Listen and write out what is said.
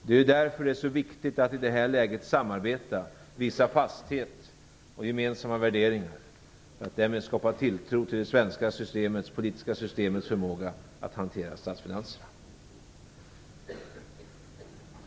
Det är därför som det är så viktigt att i det här läget samarbeta samt visa fasthet och gemensamma värderingar för att därmed skapa tilltro till det svenska politiska systemets förmåga att hantera statsfinanserna.